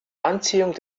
anziehung